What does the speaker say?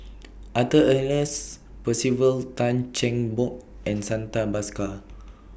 Arthur Ernest Percival Tan Cheng Bock and Santha Bhaskar